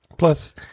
Plus